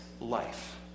life